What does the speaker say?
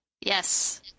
Yes